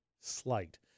Slight